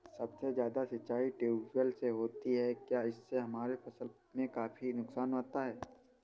सबसे ज्यादा सिंचाई ट्यूबवेल से होती है क्या इससे हमारे फसल में काफी नुकसान आता है?